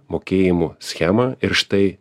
mokėjimų schemą ir štai